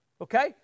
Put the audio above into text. okay